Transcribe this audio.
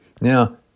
Now